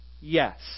yes